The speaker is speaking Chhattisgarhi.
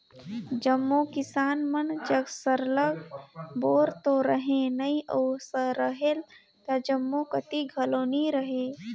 जम्मो किसान मन जग सरलग बोर तो रहें नई अउ रहेल त जम्मो कती घलो नी रहे